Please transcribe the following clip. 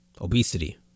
obesity